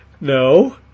No